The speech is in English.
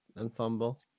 Ensemble